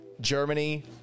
Germany